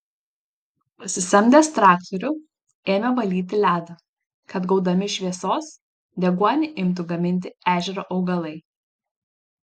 pasisamdęs traktorių ėmė valyti ledą kad gaudami šviesos deguonį imtų gaminti ežero augalai